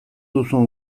duzun